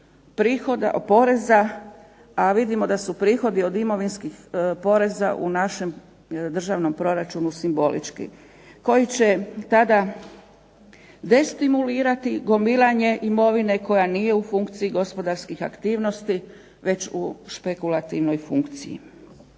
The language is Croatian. imovinskih poreza, a vidimo da su prihodi od imovinskih poreza u našem državnom proračunu simbolični koji će tada destimulirati gomilanje imovine koja nije u funkciji gospodarskih aktivnosti već u špekulativnoj funkciji.